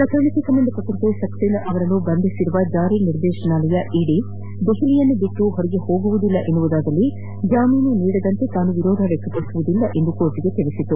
ಪ್ರಕರಣಕ್ಕೆ ಸಂಬಂಧಿಸದಂತೆ ಸಕ್ಸೇನಾ ಅವರನ್ನು ಬಂಧಿಸಿರುವ ಜಾರಿ ನಿರ್ದೇಶನಾಲಯ ಇಡಿ ದೆಹಲಿಯನ್ನು ಬಿಟ್ಟು ಹೊರಗೆ ಹೋಗುವುದಿಲ್ಲ ಎನ್ನುವುದಾದರೆ ಜಾಮೀನು ನೀಡದಂತೆ ತಾನು ವಿರೋಧ ವ್ಯಕ್ತಪಡಿಸುವುದಿಲ್ಲ ಎಂದು ನ್ಯಾಯಾಲಯಕ್ಕೆ ತಿಳಿಸಿದೆ